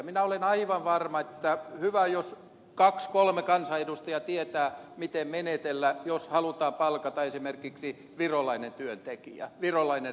minä olen aivan varma että hyvä jos kaksi kolme kansanedustajaa tietää miten menetellä jos halutaan palkata esimerkiksi virolainen rakennustyöntekijä